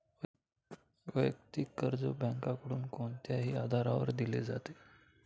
वैयक्तिक कर्ज बँकांकडून कोणत्याही आधारावर दिले जाते